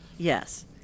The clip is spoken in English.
Yes